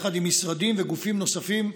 יחד עם משרדים וגופים נוספים,